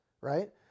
right